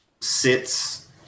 sits